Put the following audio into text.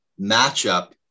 matchup